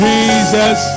Jesus